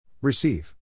Receive